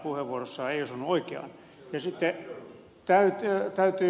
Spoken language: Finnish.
tämä osa hänen puheenvuorossaan ei osunut oikeaan